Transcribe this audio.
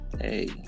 hey